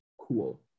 cool